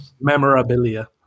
Memorabilia